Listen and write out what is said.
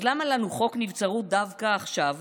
אז למה לנו חוק נבצרות דווקא עכשיו?